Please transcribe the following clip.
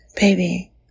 Baby